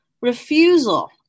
refusal